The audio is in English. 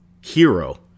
hero